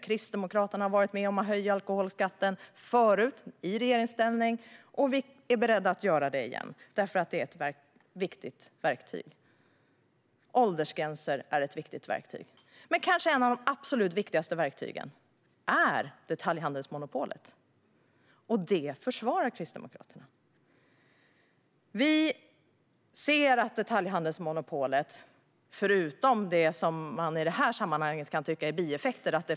Kristdemokraterna har varit med om att höja alkoholskatten förut, i regeringsställning, och vi är beredda att göra det igen. Det är nämligen ett viktigt verktyg. Åldersgränser är ett viktigt verktyg. Men ett av de kanske viktigaste verktygen är detaljhandelsmonopolet, och det försvarar Kristdemokraterna. Detaljhandelsmonopolet har vad man i detta sammanhang kan tycka är bieffekter.